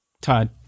Todd